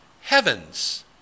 heavens